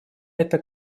эта